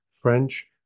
French